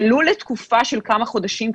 ולו לתקופה של כמה חודשים,